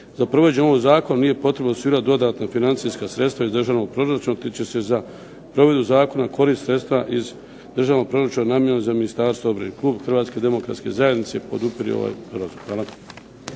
Za provođenje ovog Zakona nije potrebno osigurati dodatna financijska sredstva iz državnog proračuna, te će se za provedbu Zakona koristiti sredstva iz državnog proračuna namijenjenog za Ministarstvo obrane. Klub Hrvatske demokratske zajednice podupire ovaj Zakon.